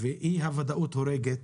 ואי-הוודאות הורגת,